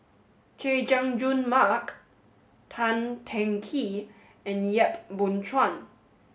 Chay Jung Jun Mark Tan Teng Kee and Yap Boon Chuan